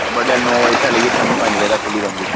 बड़लै नो बजे शा लेइयै शामी पंज बजे तक खुल्ली रौंह्दी